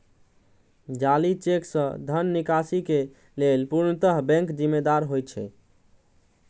जाली चेक सं धन निकासी के लेल पूर्णतः बैंक जिम्मेदार होइ छै